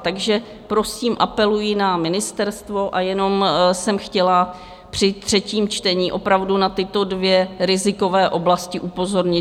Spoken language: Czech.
Takže, prosím, apeluji na ministerstvo a jenom jsem chtěla při třetím čtení opravdu na tyto dvě rizikové oblasti upozornit.